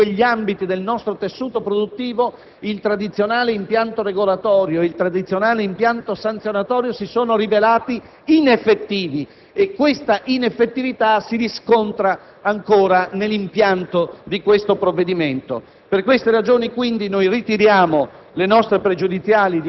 nei confronti della salute e della sicurezza del lavoratore, soprattutto in quegli ambiti del nostro tessuto produttivo, il tradizionale impianto regolatorio e il tradizionale impianto sanzionatorio si sono rivelati ineffettivi. Tale ineffettività si riscontra ancora nell'impianto di questo provvedimento.